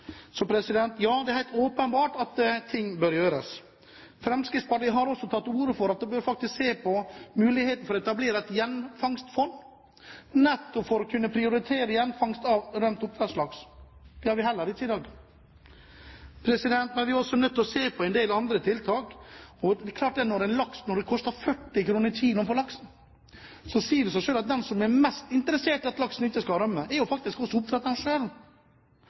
så oppdager at fisken har rømt, er det for sent. Det er helt åpenbart at ting bør gjøres. Fremskrittspartiet har også tatt til orde for at en faktisk bør se på muligheten for å etablere et gjenfangstfond nettopp for å kunne prioritere gjenfangst av rømt oppdrettslaks. Det har vi heller ikke i dag. Vi er også nødt til å se på en del andre tiltak. Det er klart at når det koster 40 kr kiloen for laks, sier det seg selv at den som er mest interessert i at laksen ikke skal rømme, er faktisk